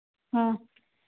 ꯑꯥ